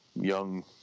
Young